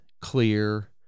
clear